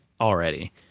already